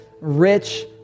rich